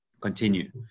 continue